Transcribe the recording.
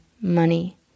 money